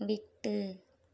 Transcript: விட்டு